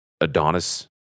Adonis